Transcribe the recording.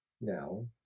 Now